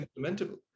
implementable